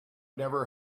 never